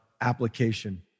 application